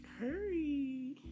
hurry